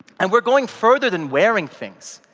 and we're going further than wearing things,